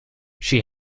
she